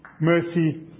mercy